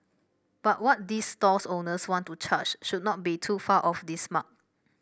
but what these stalls owners want to charge should not be too far off this mark